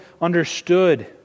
understood